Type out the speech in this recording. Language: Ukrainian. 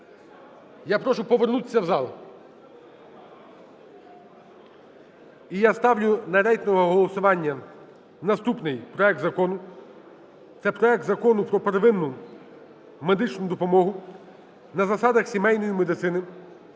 Я прошу повернутися в зал. І я ставлю на рейтингове голосування наступний проект закону, це проект Закону про первинну медичну допомогу на засадах сімейної медицини